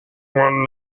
one